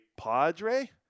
Padre